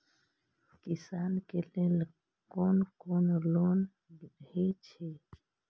किसान के लेल कोन कोन लोन हे छे?